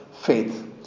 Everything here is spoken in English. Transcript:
faith